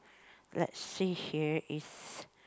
let's see here is